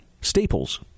Staples